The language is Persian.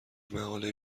مقاله